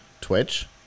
Twitch